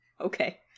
Okay